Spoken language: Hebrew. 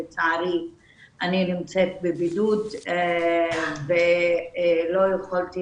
לצערי אני נמצאת בבידוד ולא יכולתי